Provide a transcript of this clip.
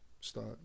start